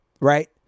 right